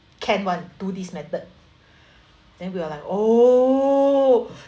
can [one] do this method then we were like oh